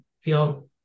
feel